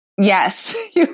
yes